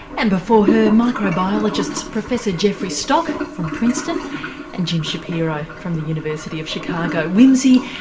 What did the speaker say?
and before her microbiologists professor jeffry stock from princeton and jim shapiro from the university of chicago. whimsy,